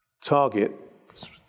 target